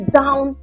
down